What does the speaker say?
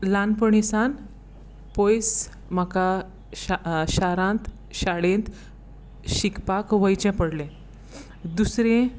ल्हानपणी सावन पयस म्हाका शा शारांत शाळेंत शिकपाक वयचें पडलें दुसरें